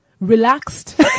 relaxed